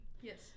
yes